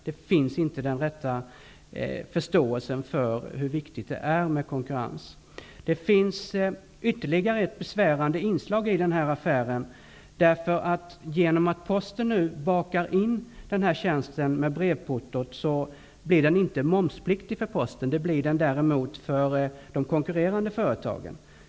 Det finns inte den rätta förståelsen för hur viktigt det är med konkurrens. Det finns ytterligare ett besvärande inslag i den här affären. Genom att Posten nu bakar in kostnaden för den här tjänsten i brevportot blir den inte momspliktig för Posten. Det blir den däremot för de konkurrerande företagen.